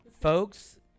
Folks